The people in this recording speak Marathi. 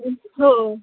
हो हो